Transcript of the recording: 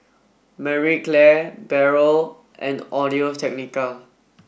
Marie Claire Barrel and Audio Technica